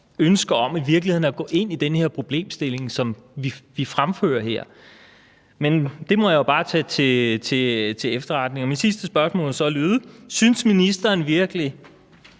ønske om at gå ind i den her problemstilling, som vi her fremfører. Men det må jeg jo bare tage til efterretning. Mit sidste spørgsmål skal så lyde: Synes ministeren virkelig,